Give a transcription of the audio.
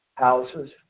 Houses